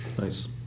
Nice